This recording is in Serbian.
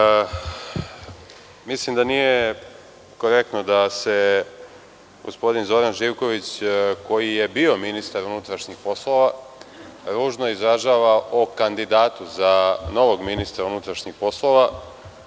107.Mislim da nije korektno da se gospodin Zoran Živković, koji je bio ministar unutrašnjih poslova, ružno izražava o kandidatu za novog ministra unutrašnjih poslova.